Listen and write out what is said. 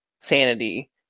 Sanity